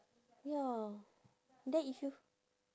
ya then if you